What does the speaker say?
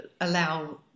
allow